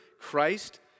Christ